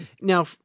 Now